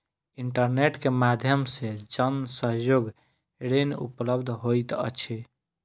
internet के माध्यम से जन सहयोग ऋण उपलब्ध होइत अछि